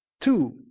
Two